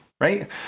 right